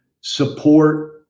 support